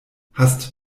hast